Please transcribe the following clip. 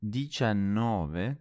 diciannove